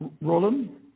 Roland